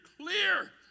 clear